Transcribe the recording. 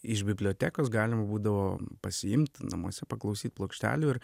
iš bibliotekos galima būdavo pasiimt namuose paklausyt plokštelių ir